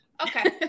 Okay